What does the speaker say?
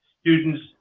students